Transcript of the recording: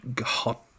hot